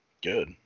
good